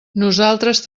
nosaltres